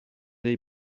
dei